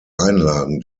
einlagen